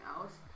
else